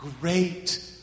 great